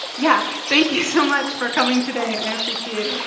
yeah. thank you so much for coming today. i appreciate